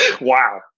Wow